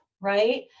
right